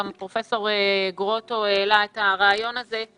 גם פרופ' גרוטו העלה את הרעיון הזה.